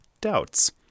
Doubts